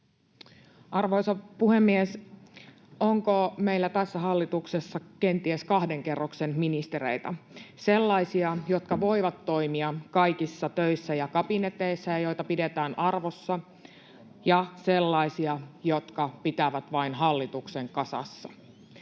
Arvoisa puhemies! Onko meillä tässä hallituksessa kenties kahden kerroksen ministereitä: sellaisia, jotka voivat toimia kaikissa töissä ja kabineteissa ja joita pidetään arvossa, ja sellaisia, jotka vain pitävät hallituksen kasassa?